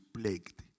plagued